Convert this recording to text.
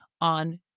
on